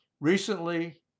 recently